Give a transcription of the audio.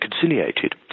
conciliated